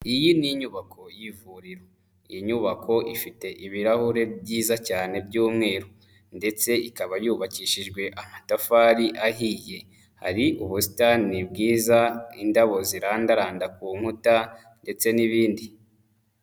Iyi ni inyubako y'ivuriro, iyi nyubako ifite ibirahure byiza cyane by'umweru ndetse ikaba yubakishijwe amatafari ahiye, hari ubusitani bwiza, indabo zirandaranda ku nkuta ndetse n'ibindi.